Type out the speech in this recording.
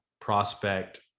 prospect